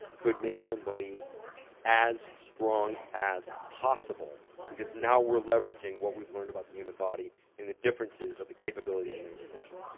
could make somebody as strong as possible because now we're leveraging what we've learned about the human body and the differences of the capability in range in motion.